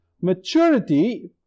maturity